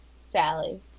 Sally